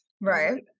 Right